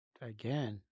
Again